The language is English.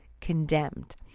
condemned